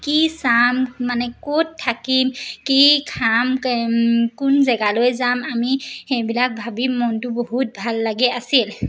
কি চাম মানে ক'ত থাকিম কি খাম কোন জেগালৈ যাম আমি সেইবিলাক ভাবি মনটো বহুত ভাল লাগি আছিল